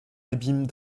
abîme